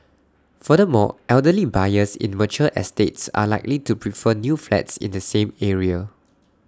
furthermore elderly buyers in mature estates are likely to prefer new flats in the same area